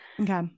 Okay